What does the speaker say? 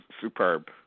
superb